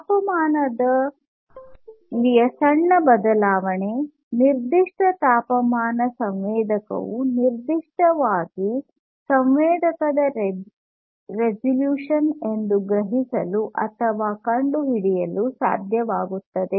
ತಾಪಮಾನದಲ್ಲಿನ ಸಣ್ಣ ಬದಲಾವಣೆ ನಿರ್ದಿಷ್ಟ ತಾಪಮಾನ ಸಂವೇದಕವು ನಿರ್ದಿಷ್ಟವಾಗಿ ಸಂವೇದಕದ ರೆಸಲ್ಯೂಶನ್ ಎಂದು ಗ್ರಹಿಸಲು ಅಥವಾ ಕಂಡುಹಿಡಿಯಲು ಸಾಧ್ಯವಾಗುತ್ತದೆ